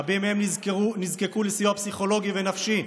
רבים מהם נזקקו לסיוע פסיכולוגי ונפשי,